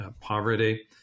poverty